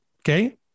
Okay